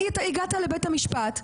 הגעת לבית המשפט,